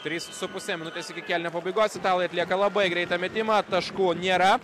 trys su puse minutės iki kėlinio pabaigos italai atlieka labai greitą metimą taškų nėra